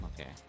okay